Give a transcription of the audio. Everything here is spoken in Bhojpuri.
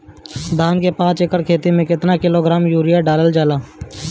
धान के पाँच एकड़ खेती में केतना किलोग्राम यूरिया डालल जाला?